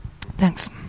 Thanks